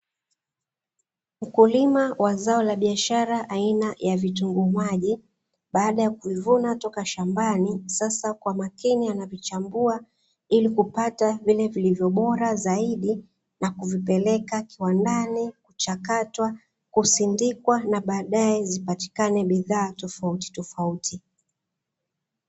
Mkulima wa zao la biashara aina ya vitunguu maji, baada ya kuvuna kutoka shambani, sasa kwa makini anavichambua ili kupata vile vilivyo bora zaidi na kuvipeleka kiwandani, kuchakatwa, kusindikwa na baadaye zipatikane bidhaa tofautitofauti.